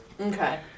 Okay